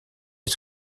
les